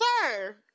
sir